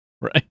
Right